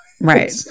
right